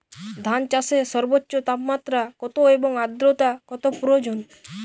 ধান চাষে সর্বোচ্চ তাপমাত্রা কত এবং আর্দ্রতা কত প্রয়োজন?